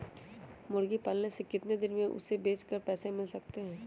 मुर्गी पालने से कितने दिन में हमें उसे बेचकर पैसे मिल सकते हैं?